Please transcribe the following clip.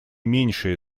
меньшее